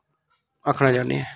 आखना चाह्न्ने आं